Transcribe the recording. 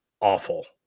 awful